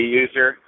user